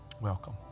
Welcome